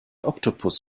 oktopus